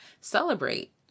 celebrate